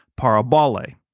parabole